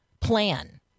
plan